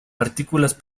partículas